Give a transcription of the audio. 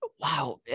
wow